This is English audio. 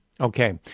Okay